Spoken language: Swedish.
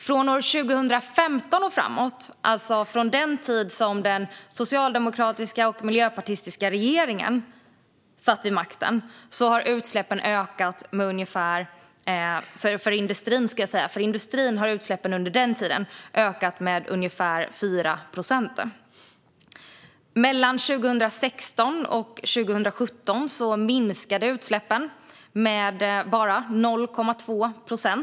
Från 2015 och framåt, alltså den tid då Socialdemokraterna och Miljöpartiet har suttit i regeringen, har utsläppen från industrin ökat med ungefär 4 procent. Mellan 2016 och 2017 minskade utsläppen med bara 0,2 procent.